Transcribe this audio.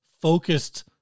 focused